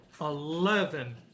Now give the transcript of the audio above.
Eleven